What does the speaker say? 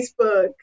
Facebook